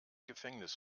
gefängnis